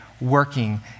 working